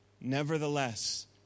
Nevertheless